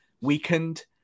weakened